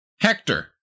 Hector